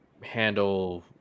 handle